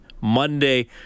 Monday